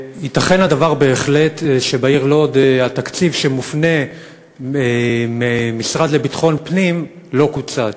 ייתכן בהחלט שבעיר לוד התקציב שמופנה מהמשרד לביטחון הפנים לא קוצץ,